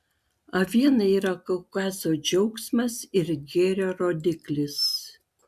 aviena yra kaukazo džiaugsmas ir gėrio rodiklis